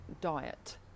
diet